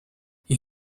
you